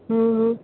હમ હમ